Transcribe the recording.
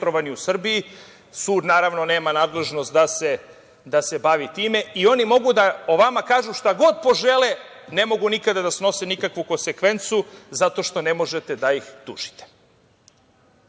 i oni mogu da o vama kažu šta god požele i ne mogu nikada da snose nikakvu konsekvencu zato što ne možete da ih tužite